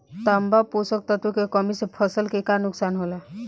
तांबा पोषक तत्व के कमी से फसल के का नुकसान होला?